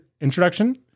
introduction